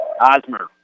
Osmer